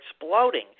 exploding